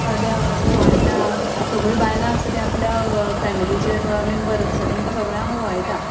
उवाळटा सगळीं बायलां आसतां ती आपल्या फेमिलीचे मॅम्बर आसता तेंका सगळ्यांक उवाळटा